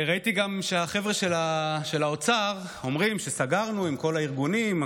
ראיתי גם שהחבר'ה של האוצר אומרים: סגרנו עם כל הארגונים,